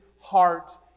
heart